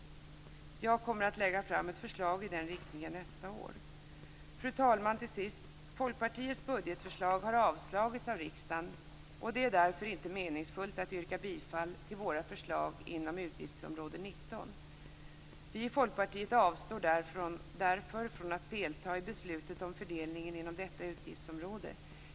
Jag kommer att lägga fram ett förslag i den riktningen nästa år. Fru talman! Folkpartiets budgetförslag har avslagits av riksdagen, och det är därför inte meningsfullt att yrka bifall till våra förslag inom utgiftsområde 19. Vi i Folkpartiet avstår därför från att delta i beslutet om fördelningen inom detta utgiftsområde.